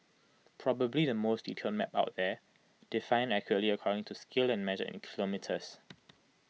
probably the most detailed map out there defined accurately according to scale and measured in kilometres